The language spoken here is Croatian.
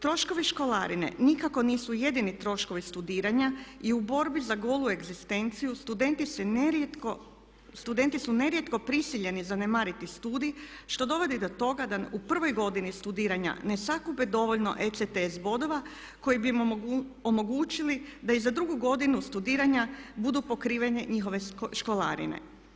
Troškovi školarine nikako nisu jedini troškovi studiranja i u borbi za golu egzistenciju studenti su nerijetko prisiljeni zanemariti studij što dovodi do toga da u prvoj godini studiranja ne sakupe dovoljno ECTS bodova koji bi im omogućili da i za drugu godinu studiranja budu pokrivene njihove školarine.